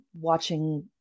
watching